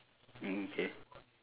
mm K